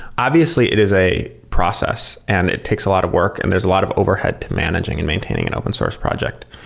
obviously, it is a process and it takes a lot of work and there's a lot of overhead to managing and maintaining an open source project.